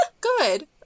Good